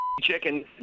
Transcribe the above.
chicken